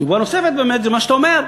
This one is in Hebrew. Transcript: דוגמה נוספת באמת זה מה שאתה אומר.